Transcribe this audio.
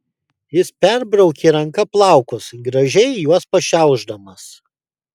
jis perbraukė ranka plaukus gražiai juos pašiaušdamas